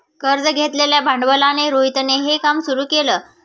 कर्ज घेतलेल्या भांडवलाने रोहितने हे काम सुरू केल